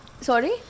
sorry